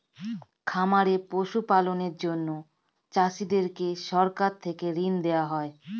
খামারে পশু পালনের জন্য চাষীদেরকে সরকার থেকে ঋণ দেওয়া হয়